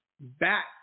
back